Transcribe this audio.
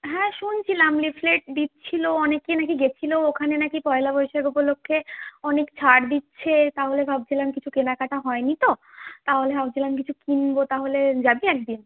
হ্যাঁ শুনছিলাম লিফলেট দিচ্ছিল অনেকে নাকি গেছিল ওখানে নাকি পয়লা বৈশাখ উপলক্ষ্যে অনেক ছাড় দিচ্ছে তাহলে ভাবছিলাম কিছু কেনাকাটা হয় নি তো তাহলে ভাবছিলাম কিছু কিনবো তাহলে যাবি একদিন